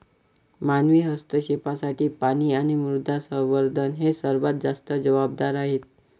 मानवी हस्तक्षेपासाठी पाणी आणि मृदा संवर्धन हे सर्वात जास्त जबाबदार आहेत